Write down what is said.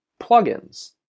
plugins